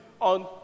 on